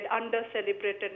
under-celebrated